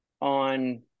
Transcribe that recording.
on